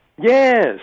Yes